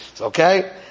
Okay